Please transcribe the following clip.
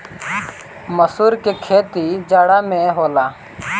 मसूर के खेती जाड़ा में होला